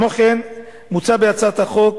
כמו כן, מוצע בהצעת החוק